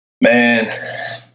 Man